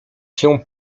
się